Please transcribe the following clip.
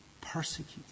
persecuted